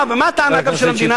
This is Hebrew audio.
ומה הטענה של המדינה?